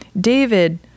David